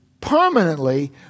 permanently